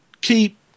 keep